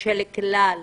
של כלל